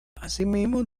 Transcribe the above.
asimismo